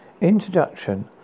Introduction